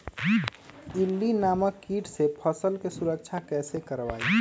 इल्ली नामक किट से फसल के सुरक्षा कैसे करवाईं?